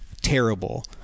terrible